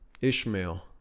Ishmael